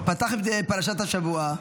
הוא פתח בפרשת השבוע,